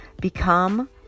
Become